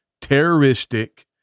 terroristic